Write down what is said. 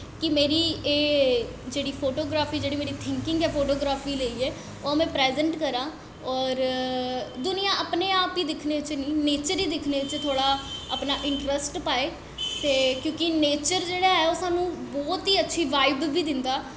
कि मेरी एह् जेह्ड़ी मेरी फोटोग्राफी जेह्ड़ी मेरी थिंकिंग ऐ फोटोग्राफी गी लेइयै ओह् में परज़ैंट करां होर दुनियां अपने आप च दिक्खने च नेचर गी दिक्खने च थोह्ड़ा अपना इंट्रस्ट पाए ते जेह्ड़े नेचर ऐ ओह् सानूं बौह्त ही अच्छी बाईव बी दिंदा